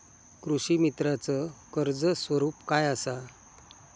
कृषीमित्राच कर्ज स्वरूप काय असा?